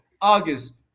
August